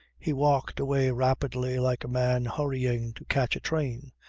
he walked away rapidly like a man hurrying to catch a train,